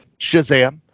Shazam